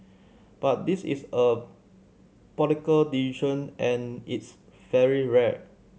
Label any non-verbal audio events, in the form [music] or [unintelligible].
but this is a [unintelligible] decision and it's very rare